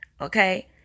Okay